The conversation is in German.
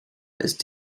ist